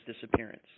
disappearance